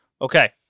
Okay